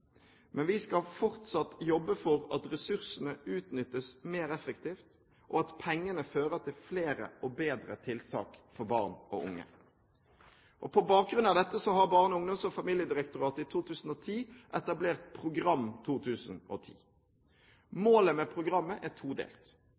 Men vi skal fortsatt jobbe for at ressursene utnyttes mer effektivt, og at pengene fører til flere og bedre tiltak for barn og unge. På bakgrunn av dette har Barne-, ungdoms- og familiedirektoratet i 2010 etablert program 2010.